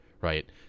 right